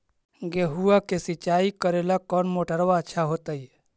गेहुआ के सिंचाई करेला कौन मोटरबा अच्छा होतई?